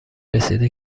رسیده